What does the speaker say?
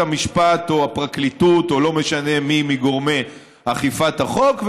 המשפט או הפרקליטות או לא משנה מי מגורמי אכיפת החוק,